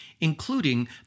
including